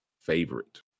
favorite